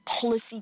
policy